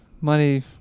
Money